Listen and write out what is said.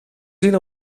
zien